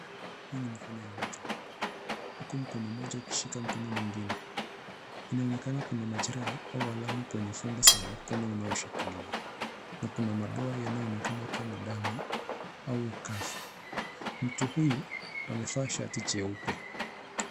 Hii ni mkono ya mtu, huku mkono moja ukishika mkono mwingine inaonekana kuna majeraha au alamu kwenye fundi za mkono unaoshikiliwa na kuna madoa yanayoonekana kama damu au ukafu. Mtu huyu amevaa shati jeupe.